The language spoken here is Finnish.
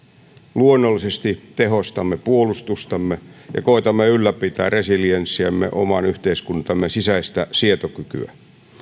luonnollisesti tehostamme puolustustamme ja koetamme ylläpitää resilienssiämme oman yhteiskuntamme sisäistä sietokykyä